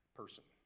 person